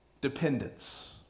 dependence